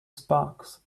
sparks